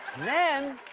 then,